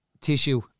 Tissue